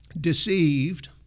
deceived